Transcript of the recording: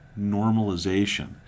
normalization